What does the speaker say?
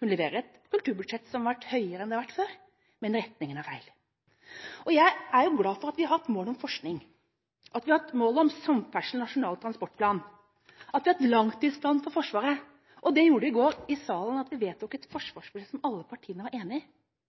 Hun leverer et kulturbudsjett som er høyere enn det har vært før, men retninga er feil. Jeg er jo glad for at vi har hatt mål om forskning, at vi har hatt mål om samferdsel, Nasjonal transportplan, at vi har hatt langtidsplan for Forsvaret. Det gjorde at vi i salen i går vedtok et forsvarsbudsjett som alle partiene var enig i